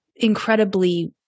incredibly